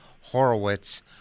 Horowitz